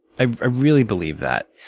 i really believe that.